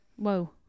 Whoa